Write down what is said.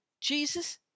Jesus